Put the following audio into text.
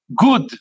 good